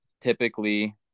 typically